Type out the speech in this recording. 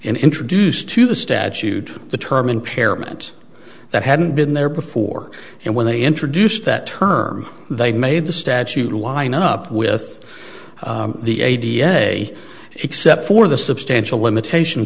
introduced to the statute the term impairment that hadn't been there before and when they introduced that term they made the statute to line up with the a d f a except for the substantial limitation